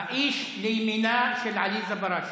האיש לימינה של עליזה בראשי.